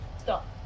stop